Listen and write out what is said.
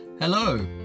Hello